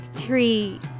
tree